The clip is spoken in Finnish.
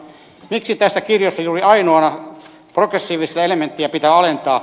miksi tästä kirjosta juuri ainoana progressiivista elementtiä pitää alentaa